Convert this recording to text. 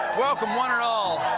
welcome one and all